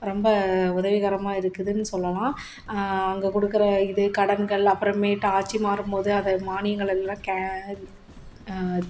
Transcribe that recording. ரொம்ப உதவிகரமாக இருக்குதுன்னு சொல்லலாம் அங்கே கொடுக்குற இது கடன்கள் அப்புறம் மேட்டு ஆட்சி மாறும் போது அது மானியங்கள் எல்லாம் கே